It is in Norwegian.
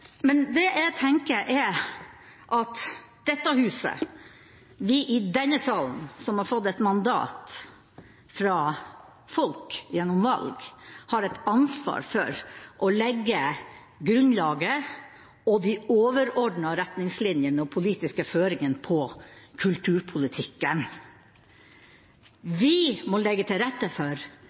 men det jeg tenker, er at vi i denne salen som har fått et mandat fra folk gjennom valg, har et ansvar for å legge grunnlaget og de overordnede retningslinjene og politiske føringene for kulturpolitikken. Vi må legge til rette for